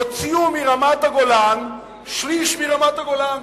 הוציאו מרמת-הגולן שליש מרמת-הגולן.